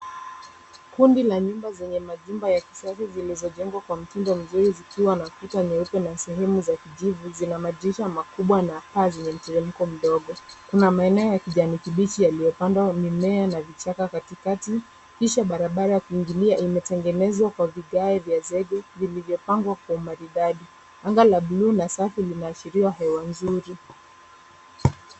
Kundi la nyumba zenye majumba ya kisasa zilizojengwa kwa mtindo mzuri zikiwa na kuta nyeupe na sehemu za kijivu. Zina madirisha makubwa na paa zenye mteremko mdogo. Kuna maeneo ya kijani kibichi yaliyopandwa mimea na vichaka katikati kisha barabara ya kuingilia imetengenezwa kwa vigae vya zege vilivyopangwa kwa umaridadi. Anga la bluu na safi linaashiria hewa nzuri.